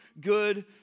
good